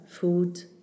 food